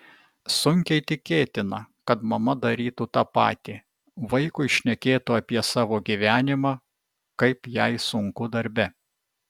sunkiai tikėtina kad mama darytų tą patį vaikui šnekėtų apie savo gyvenimą kaip jai sunku darbe